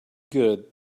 good